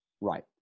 Right